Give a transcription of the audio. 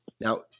Now